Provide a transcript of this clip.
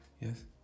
Yes